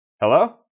Hello